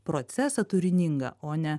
procesą turiningą o ne